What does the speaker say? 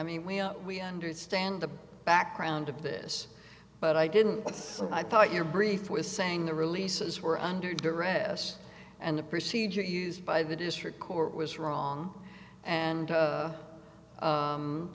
mean we are we understand the background of this but i didn't get so i thought your brief was saying the releases were under duress and the procedure used by the district court was wrong and